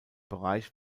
bereich